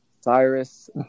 Cyrus